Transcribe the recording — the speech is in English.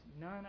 none